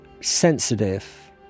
sensitive